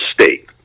state